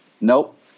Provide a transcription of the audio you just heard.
Nope